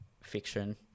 fiction